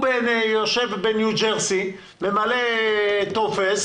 הוא יושב בניו ג'רסי, ממלא טופס